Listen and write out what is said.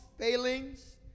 failings